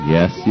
Yes